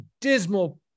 dismal